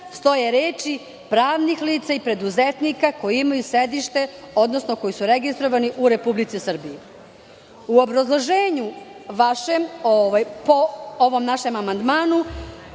stoje reči: "pravnih lica i preduzetnika koji imaju sedište, odnosno koji su registrovani u Republici Srbiji".U vašem obrazloženju po našem amandmanu